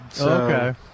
Okay